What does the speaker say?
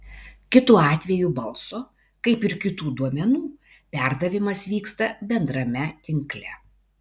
kitu atveju balso kaip ir kitų duomenų perdavimas vyksta bendrame tinkle